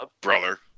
brother